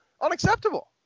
unacceptable